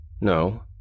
No